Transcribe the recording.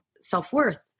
self-worth